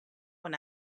when